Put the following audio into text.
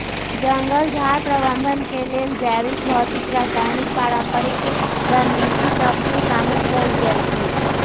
जंगल झार प्रबंधन के लेल जैविक, भौतिक, रासायनिक, पारंपरिक रणनीति सभ के शामिल कएल जाइ छइ